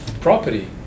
property